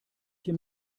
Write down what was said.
hier